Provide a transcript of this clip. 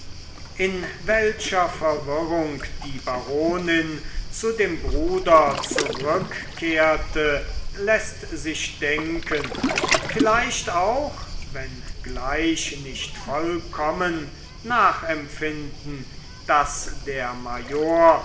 in welcher verwirrung die baronin zu dem bruder zurückkehrte läßt sich denken vielleicht auch wenngleich nicht vollkommen nachempfinden wie der